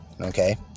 Okay